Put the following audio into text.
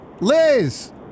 Liz